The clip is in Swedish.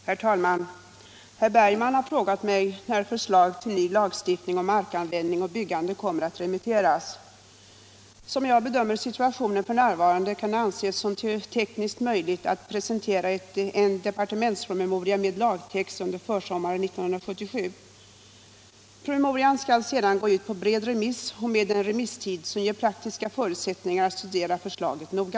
Herr talman! Herr Bergman har frågat mig när förslag till ny lagstiftning om markanvändning och byggande kommer att remitteras. Som jag bedömer situationen f. n. kan det anses som tekniskt möjligt att presentera en departementspromemoria med lagtext under försommaren 1977. Promemorian skall sedan gå ut på bred remiss och med en remisstid som ger praktiska förutsättningar att studera förslaget noga.